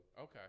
Okay